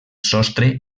sostre